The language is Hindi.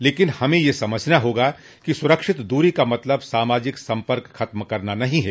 लेकिन हमें यह समझना होगा कि सुरक्षित दूरी का मतलब सामाजिक संपर्क खत्म करना नहीं है